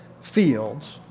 fields